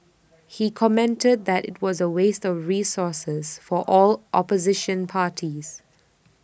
he commented that IT was A waste resources for all opposition parties